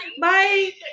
Bye